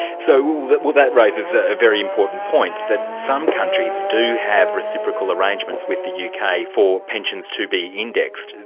so, well that raises a very important point, that some countries do have reciprocal arrangements with the yeah uk ah for pensions to be indexed.